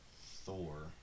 Thor